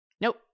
Nope